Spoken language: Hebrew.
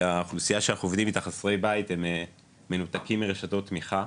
האוכלוסייה של חסרי הבית שאנחנו עובדים איתה הם מנותקים מרשתות תמיכה,